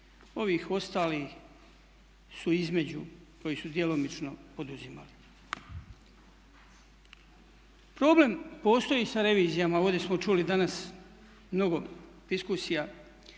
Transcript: Ovih ostali su između koji su djelomično poduzimali. Problem postoji sa revizijama, ovdje smo čuli danas mnogo diskusija,